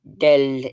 del